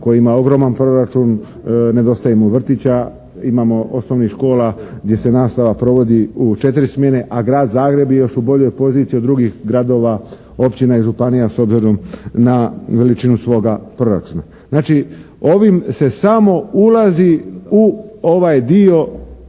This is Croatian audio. koje ima ogroman proračun, nedostaje mu vrtića, imamo osnovnih škola gdje se nastava provodi u četiri smjene a Grad Zagreb je još u boljoj poziciji od drugih gradova, općina i županija s obzirom na veličinu svoga proračuna. Znači, ovim se samo ulazi u ovaj dio rješavanja